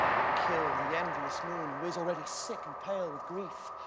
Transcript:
and kill the envious moon, who is already sick and pale with grief,